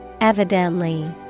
Evidently